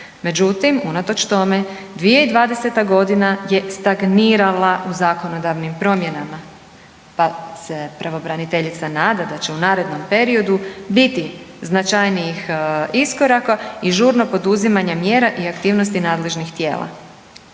Međutim, unatoč tome 2020. g. je stagnirala u zakonodavnim promjenama pa se pravobraniteljica nada da će u narednom periodu biti značajnijih iskoraka i žurno poduzimanje mjera i aktivnosti nadležnih tijela.